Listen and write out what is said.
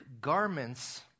garments